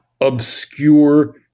obscure